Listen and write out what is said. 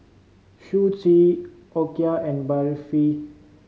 Sushi Okayu and Barfi